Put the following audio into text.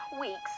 weeks